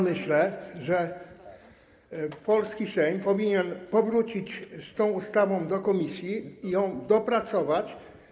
Myślę, że polski Sejm powinien powrócić z tą ustawą do komisji i ją dopracować.